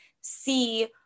see